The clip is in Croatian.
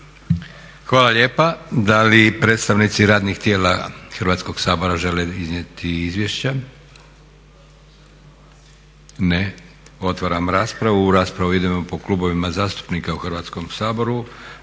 Hvala lijepa. Da li predstavnici radnih tijela Hrvatskoga sabora žele iznijeti izvješća? Ne. Otvaram raspravu. U raspravu idemo po klubovima zastupnika u Hrvatskom saboru.